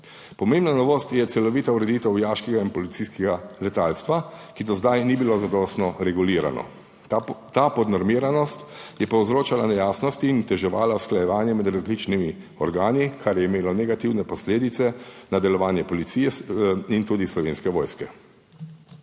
Pomembna novost je celovita ureditev vojaškega in policijskega letalstva, kar do zdaj ni bilo zadostno regulirano. Ta podnormiranost je povzročala nejasnosti in oteževala usklajevanja med različnimi organi, kar je imelo negativne posledice na delovanje Policije in tudi Slovenske vojske.